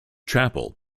chapel